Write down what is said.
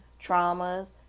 traumas